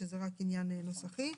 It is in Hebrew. שזה רק עניין נוסחי.